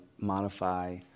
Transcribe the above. modify